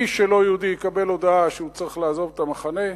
מי שלא יהודי יקבל הודעה שהוא צריך לעזוב את המחנה.